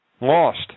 lost